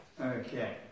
okay